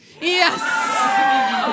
Yes